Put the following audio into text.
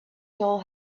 soul